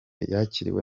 yakiriwe